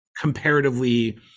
comparatively